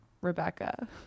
Rebecca